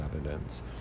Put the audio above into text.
evidence